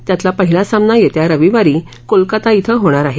त्यातला पहिला सामना येत्या रविवारी कोलकता ििं होणार आहे